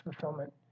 fulfillment